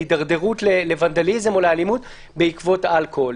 הידרדרות לוונדליזם או לאלימות בעקבות האלכוהול?